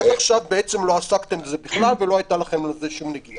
עד עכשיו לא עסקתם בזה בכלל ולא הייתה לכם לזה שום נגיעה.